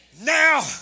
Now